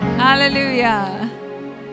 Hallelujah